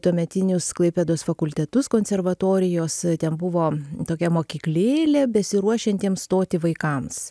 tuometinius klaipėdos fakultetus konservatorijos ten buvo tokia mokyklėlė besiruošiantiems stoti vaikams